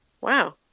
Wow